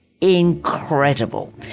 incredible